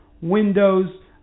windows